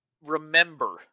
remember